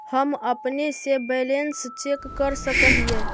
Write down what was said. हम अपने से बैलेंस चेक कर सक हिए?